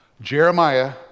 Jeremiah